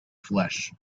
flesh